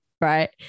right